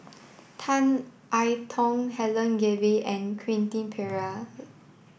Tan I Tong Helen Gilbey and Quentin Pereira